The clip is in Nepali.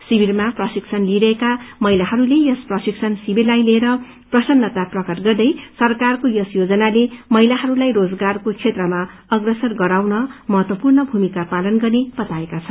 शिविरमा प्रशिक्षण लिइरहेका महिलाहरूले यस प्रशिक्षण शिविरलाई लिएर प्रसत्रता प्रकट गर्दै सरकारको यस योजनाले महिलाहस्लाई रोजगारको क्षेत्रमा अप्रसर गराउन महत्वपूर्ण भूमिका पालन गर्ने बताएका छन्